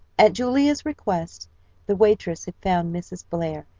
at julia's request the waitress had found mrs. blair,